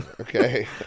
Okay